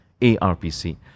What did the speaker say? ARPC